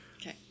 Okay